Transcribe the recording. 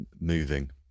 moving